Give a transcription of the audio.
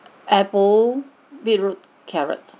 apple beetroot carrot